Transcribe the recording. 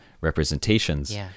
representations